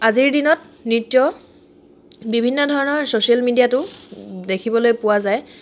আজিৰ দিনত নৃত্য বিভিন্ন ধৰণৰ ছ'চিয়েল মিডিয়াটো দেখিবলৈ পোৱা যায়